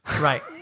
Right